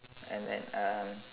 and and um